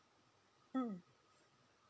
mm